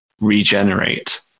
Regenerate